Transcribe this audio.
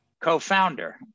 co-founder